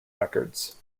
records